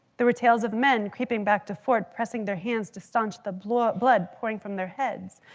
there were tales of men creeping back to fort, pressing their hands to staunch the blood blood pouring from their heads,